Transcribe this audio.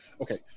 Okay